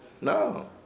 No